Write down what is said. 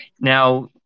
Now